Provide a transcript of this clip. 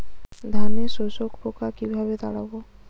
ধানে শোষক পোকা কিভাবে তাড়াব?